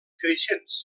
creixents